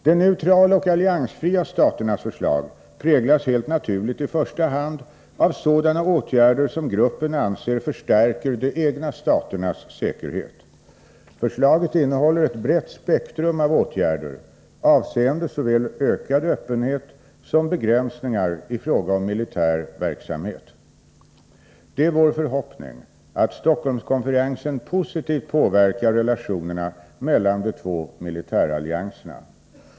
De neutrala och alliansfria staternas förslag präglas helt naturligt i första hand av sådana åtgärder som gruppen anser förstärker de egna staternas säkerhet. Förslaget innehåller ett brett spektrum av åtgärder avseende såväl ökad öppenhet som begränsningar i fråga om militär verksamhet. Det är vår förhoppning att Stockholmskonferensen positivt påverkar relationerna mellan de två militärallianserna.